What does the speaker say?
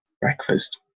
breakfast